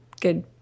good